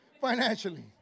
financially